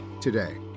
today